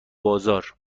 بازار